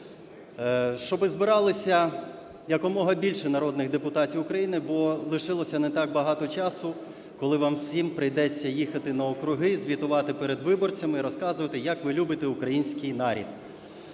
щоби збиралися якомога більше народних депутатів України, бо лишилося не так багато часу, коли вам всім прийдеться їхати на округи і звітувати перед виборцями і розказувати, як ви любите український народ.